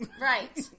Right